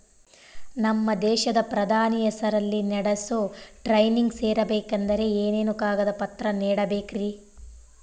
ನಮ್ಮ ದೇಶದ ಪ್ರಧಾನಿ ಹೆಸರಲ್ಲಿ ನಡೆಸೋ ಟ್ರೈನಿಂಗ್ ಸೇರಬೇಕಂದರೆ ಏನೇನು ಕಾಗದ ಪತ್ರ ನೇಡಬೇಕ್ರಿ?